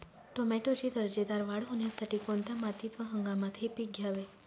टोमॅटोची दर्जेदार वाढ होण्यासाठी कोणत्या मातीत व हंगामात हे पीक घ्यावे?